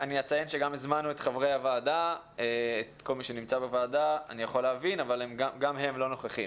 הזמנו את חברי הוועדה אבל גם הם לא נוכחים.